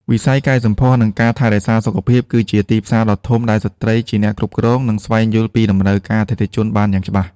វិស័យកែសម្ផស្ស និងការថែរក្សាសុខភាព គឺជាទីផ្សារដ៏ធំដែលស្ត្រីជាអ្នកគ្រប់គ្រង និងស្វែងយល់ពីតម្រូវការអតិថិជនបានយ៉ាងច្បាស់។